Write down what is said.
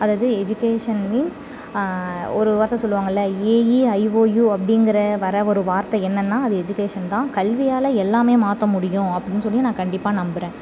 அதாவது education means ஒரு வார்த்தை சொல்லுவாங்கள்லே ஏஇஐஓயு அப்படிங்கிற வர ஒரு வார்த்தை என்னென்னால் அது எஜுகேஷன் தான் கல்வியால் எல்லாமே மாற்ற முடியும் அப்படின்னு சொல்லி நான் கண்டிப்பாக நம்புகிறேன்